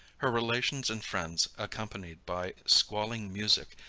her relations and friends accompanied by squalling music,